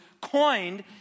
coined